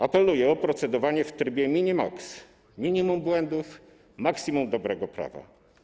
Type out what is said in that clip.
Apeluję o procedowanie w trybie mini-max - minimum błędów, maksimum dobrego prawa.